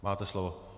Máte slovo.